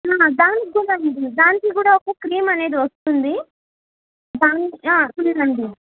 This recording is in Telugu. దానికి కూడా ఉంది దానికి కూడా ఒక క్రీమ్ అనేది వస్తుంది దాని క్రీమ్ అండి